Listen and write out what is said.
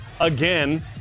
again